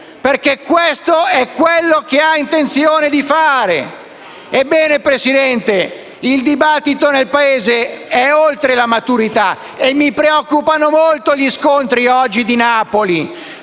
tutto. Questo è quello che ha intenzione di fare. Ebbene, signor Presidente, il dibattito nel Paese è oltre la maturità e mi preoccupano molto gli scontri di oggi a Napoli,